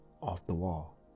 off-the-wall